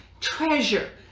treasure